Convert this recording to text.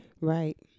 right